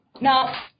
Now